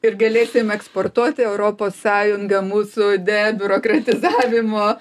ir galėsim eksportuoti į europos sąjungą mūsų debiurokratizavimo